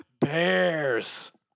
Bears